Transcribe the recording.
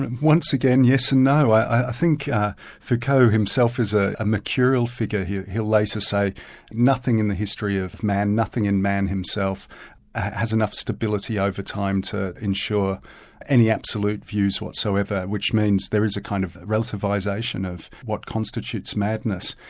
once again, yes and no. i think foucault himself is ah a mercurial figure here who'll later say nothing in the history of man, nothing in man himself has enough stability over time to ensure any absolute views whatsoever, which means there is a kind of relativisation of what constitutes madness.